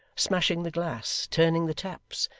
smashing the glass, turning the taps,